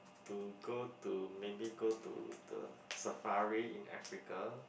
to go to maybe go to the safari in Africa